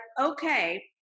okay